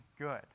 good